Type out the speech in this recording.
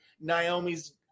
Naomi's